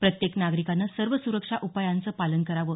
प्रत्येक नागरिकाने सर्व सुरक्षा उपायांचं पालन करावं